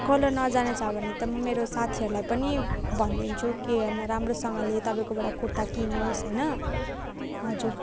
colour नजाने छ भने त म मेरो साथीहरूलाई पनि भन्दिन्छु कि होइन राम्रोसँगले तपाईँकोबाट कुर्ता किनोस् होइन हजुर